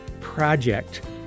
project